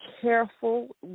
careful